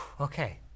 Okay